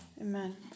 Amen